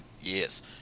Yes